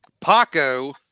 Paco